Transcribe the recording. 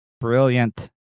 Brilliant